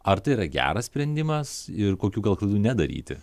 ar tai yra geras sprendimas ir kokių gal klaidų nedaryti